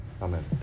Amen